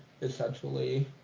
essentially